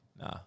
Nah